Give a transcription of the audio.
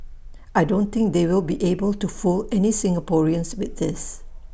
I don't think they will be able to fool any Singaporeans with this